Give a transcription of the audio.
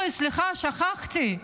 אוי, סליחה, שכחתי.